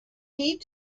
need